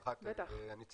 אחד אם אפשר.